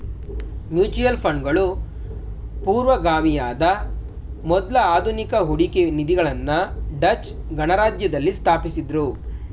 mutual ಫಂಡ್ಗಳು ಪೂರ್ವಗಾಮಿಯಾದ ಮೊದ್ಲ ಆಧುನಿಕ ಹೂಡಿಕೆ ನಿಧಿಗಳನ್ನ ಡಚ್ ಗಣರಾಜ್ಯದಲ್ಲಿ ಸ್ಥಾಪಿಸಿದ್ದ್ರು